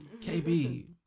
kb